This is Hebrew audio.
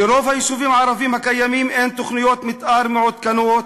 לרוב היישובים הערביים הקיימים אין תוכניות מתאר מעודכנות,